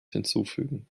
hinzufügen